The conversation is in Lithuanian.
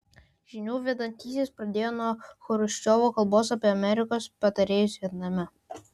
žinių vedantysis pradėjo nuo chruščiovo kalbos apie amerikos patarėjus vietname